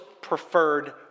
preferred